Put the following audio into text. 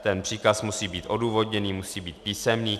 Ten příkaz musí být odůvodněný, musí být písemný.